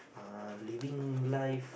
uh living life